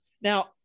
Now